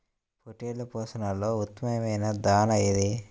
పొట్టెళ్ల పోషణలో ఉత్తమమైన దాణా ఏది?